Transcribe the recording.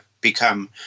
become